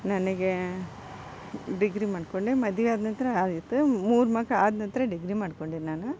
ನನಗೆ ಡಿಗ್ರಿ ಮಾಡಿಕೊಂಡೆ ಮದುವೆ ಆದ ನಂತರ ಆಯಿತು ಮೂರು ಮಕ್ಳು ಆದ ನಂತರ ಡಿಗ್ರಿ ಮಾಡ್ಕೊಂಡಿದ್ದು ನಾನು